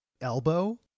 elbow